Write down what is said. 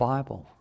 Bible